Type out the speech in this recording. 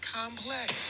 complex